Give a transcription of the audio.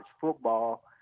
football